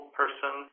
person